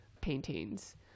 paintings